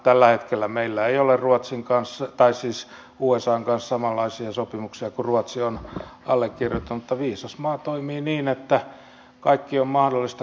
tällä hetkellä meillä ei ole usan kanssa samanlaisia sopimuksia kuin ruotsi on allekirjoittanut mutta viisas maa toimii niin että kaikki on mahdollista